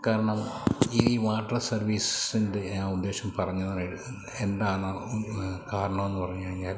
കാരണം ഈ വാട്ടർ സർവ്വീസിൻ്റെ ആ ഉദ്ദേശം പറഞ്ഞത് എന്താണോ ആ കാരണമെന്ന് പറഞ്ഞു കഴിഞ്ഞാൽ